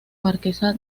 marquesa